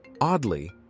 oddly